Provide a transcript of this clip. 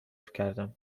کردم